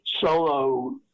solo